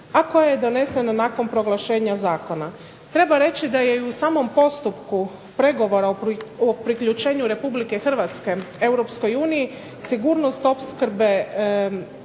a koje je doneseno nakon proglašenja zakona. Treba reći da je i u samom postupku pregovora o priključenju RH EU sigurnost opskrbe